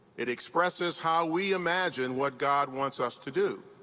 it expresses how we imagine what god wants us to do.